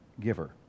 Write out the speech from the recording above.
giver